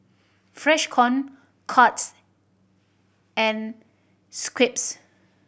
Freshkon Courts and Schweppes